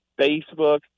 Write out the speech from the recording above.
Facebook